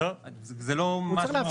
אתה לא בטוח בזה, אני רואה.